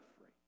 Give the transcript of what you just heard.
free